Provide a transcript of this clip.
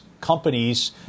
companies